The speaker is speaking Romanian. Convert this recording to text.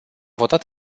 votat